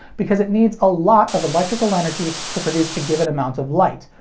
because it needs a lot of electrical energy to produce a given amount of light,